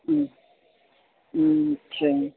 अछा